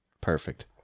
Perfect